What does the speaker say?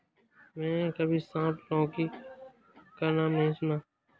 मैंने कभी सांप लौकी का नाम नहीं सुना है